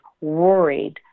worried